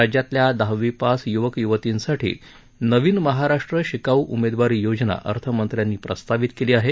राज्यातल्या दहावी पास यूवक युवतींसाठी नवीन महाराष्ट्र शिकाऊ उमेदवारी योजना अर्थमंत्र्यांनी प्रस्तावित केली आहे